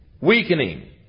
weakening